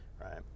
right